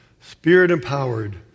Spirit-empowered